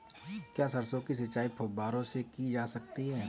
क्या सरसों की सिंचाई फुब्बारों से की जा सकती है?